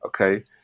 okay